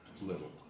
little